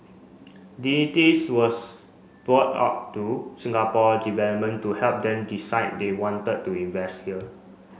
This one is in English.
was brought up to Singapore development to help them decide they wanted to invest here